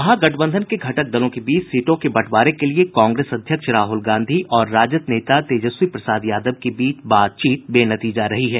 महागठबंधन के घटक दलों के बीच सीटों के बंटवारे के लिए कांग्रेस अध्यक्ष राहुल गांधी और राजद नेता तेजस्वी प्रसाद यादव के बीच बातचीत बेनतीजा रही है